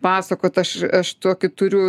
pasakot aš aš tokį turiu